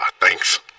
Thanks